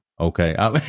okay